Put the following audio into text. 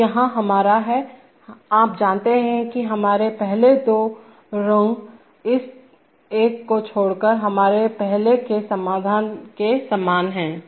तो यहां हमारा है आप जानते हैं कि हमारे पहले के दो रुंग इस एक को छोड़कर हमारे पहले के समाधान के समान हैं